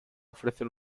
ofrecen